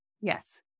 Yes